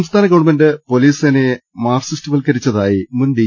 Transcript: സംസ്ഥാന government police സേനയെ മാർക്സിസ്റ്റ്വൽക്കരിച്ചതായി മുൻ ഡി